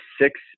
six